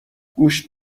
گوشت